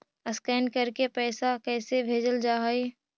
Scan करके पैसा कैसे भेजल जा हइ?